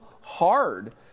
hard